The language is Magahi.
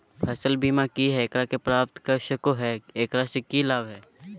फसल बीमा की है, एकरा के प्राप्त कर सको है, एकरा से की लाभ है?